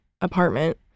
apartment